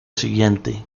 siguiente